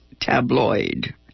tabloid